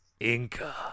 inca